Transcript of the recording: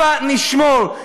הבה נשמור,